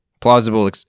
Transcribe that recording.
plausible